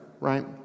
right